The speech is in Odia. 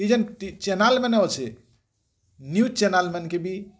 ଇ ଜେନ୍ ଚ୍ୟାନେଲ୍ ମାନେ ଅଛେ ନ୍ୟୁଜ୍ ଚ୍ୟାନେଲ୍ ମାନକେ ବି